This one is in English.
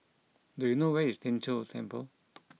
do you know where is Tien Chor Temple